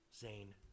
Zane